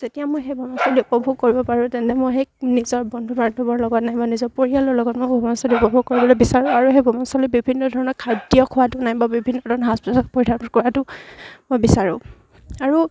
যেতিয়া মই সেই ভ্ৰমণ স্থলী উপভোগ কৰিব পাৰোঁ তেন্তে মই সেই নিজৰ বন্ধু বান্ধৱৰ কাৰণে লগত নাই বা নিজৰ পৰিয়ালৰ লগত মই ভ্ৰমণ স্থলী উপভোগ কৰিবলৈ বিচাৰোঁ আৰু সেই ভ্ৰমণ স্থলত বিভিন্ন ধৰণৰ খাদ্য খোৱাটো নাই বা বিভিন্ন ধৰণৰ সাজ পোছাক পৰিদান কৰাটো মই বিচাৰোঁ আৰু